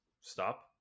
stop